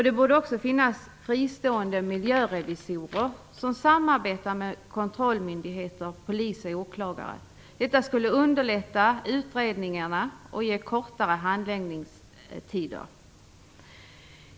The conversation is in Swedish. Det borde också finnas fristående miljörevisorer som samarbetar med kontrollmyndigheter, polis och åklagare. Det skulle underlätta utredningarna och ge kortare handläggningstider.